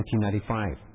1995